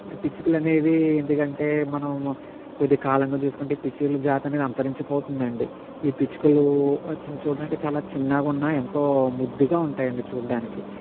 ఈ పిచ్చుకలనేవి ఎందుకంటే మనం కొద్ది కాలంగా చూసుకుంటే ఈ పిచ్చుకలు జాతి అనేది అంతరించిపోతుందండి ఈ పిచ్చుకలు చూడ్డానికి చాలా చిన్నగా ఉన్న ఎంతో ముద్దుగా ఉంటాయండి చూడ్డానికి